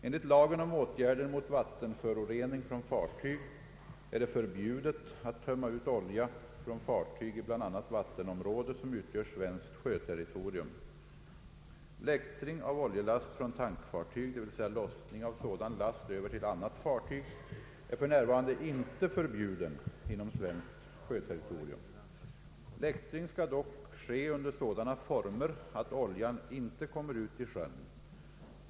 Enligt lagen om åtgärder mot vattenförorening från fartyg är det förbjudet att tömma ut olja från fartyg i bl.a. vattenområde som utgör svenskt sjöterritorium, Läktring av oljelast från tankfartyg — d.v.s. lossning av sådan last över till annat fartyg — är för närvarande inte förbjuden inom svenskt sjöterritorium. Läktring skall dock ske under sådana former att oljan inte kommer ut i sjön.